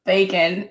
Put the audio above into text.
Bacon